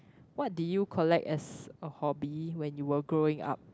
what did you collect as a hobby when you were growing up